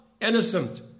innocent